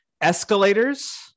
escalators